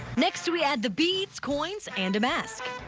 next we add the beads, coins and a mask.